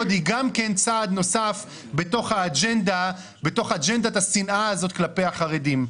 היא גם כן צעד נוסף בתוך אג'נדת השנאה הזאת כלפי החרדים.